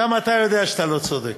גם אתה יודע שאתה לא צודק.